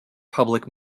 public